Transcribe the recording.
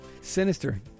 Sinister